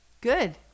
Good